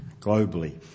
globally